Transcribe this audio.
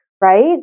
right